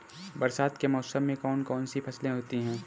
बरसात के मौसम में कौन कौन सी फसलें होती हैं?